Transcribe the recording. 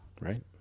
Right